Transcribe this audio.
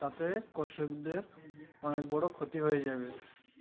তাতে কষকদের অনেক বড়ো ক্ষতি হয়ে যাবে